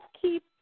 keep